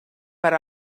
per